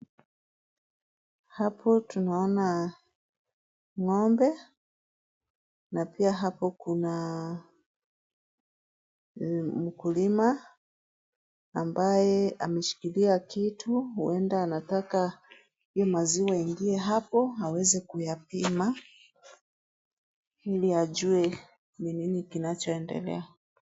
Hapo tunaona ng'ombe na pia hapo kuna mkulima ambaye ameshikilia kitu huenda anataka hii maziwa iingie hapo aweze kuyapima ili ajue ni nini kinachoendelea.